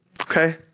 Okay